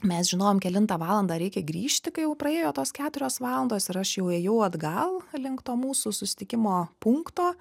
mes žinojom kelintą valandą reikia grįžti kai jau praėjo tos keturios valandos ir aš jau ėjau atgal link to mūsų susitikimo punkto